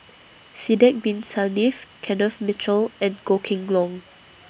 Sidek Bin Saniff Kenneth Mitchell and Goh Kheng Long